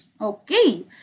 okay